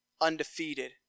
undefeated